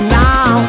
now